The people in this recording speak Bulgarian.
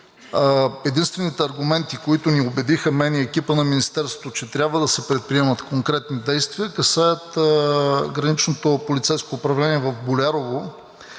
единствените аргументи, които ни убедиха мен и екипът на Министерството, че трябва да се предприемат конкретни действия, касаят граничното полицейско управление в Болярово,